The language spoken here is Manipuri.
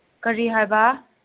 ꯀꯔꯤ ꯍꯥꯏꯕ